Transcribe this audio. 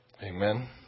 Amen